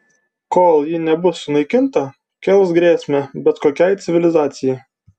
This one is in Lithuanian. kol ji nebus sunaikinta kels grėsmę bet kokiai civilizacijai